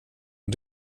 och